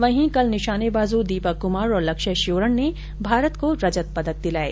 वहीं कल निशानेबाजों दीपक कुमार और लक्ष्य श्योरण ने भारत को रजत पदक दिलाये